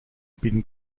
bin